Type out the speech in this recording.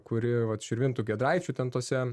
kuri vat širvintų giedraičių ten tose